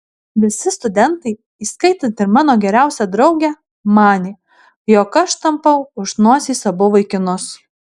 visi studentai įskaitant ir mano geriausią draugę manė jog aš tampau už nosies abu vaikinus